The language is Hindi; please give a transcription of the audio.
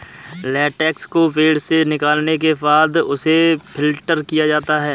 लेटेक्स को पेड़ से निकालने के बाद उसे फ़िल्टर किया जाता है